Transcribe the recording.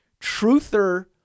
truther